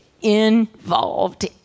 involved